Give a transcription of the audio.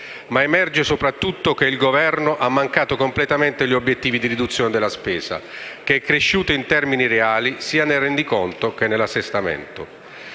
Ma emerge sopratutto che il Governo ha mancato completamente gli obiettivi di riduzione della spesa che è cresciuta in termini reali sia nel Rendiconto che nell'Assestamento.